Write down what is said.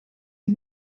die